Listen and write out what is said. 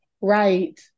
Right